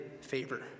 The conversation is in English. favor